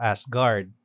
Asgard